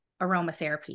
aromatherapy